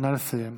נא לסיים.